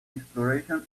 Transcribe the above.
exploration